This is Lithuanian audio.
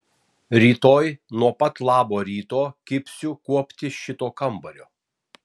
rytoj nuo pat labo ryto kibsiu kuopti šito kambario